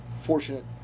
fortunate